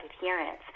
adherence